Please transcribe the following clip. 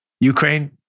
Ukraine